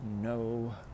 no